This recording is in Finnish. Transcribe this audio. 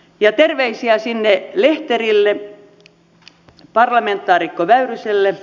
ja terveisiä sinne lehterille parlamentaarikko väyryselle